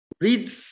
Read